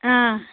آ